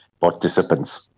participants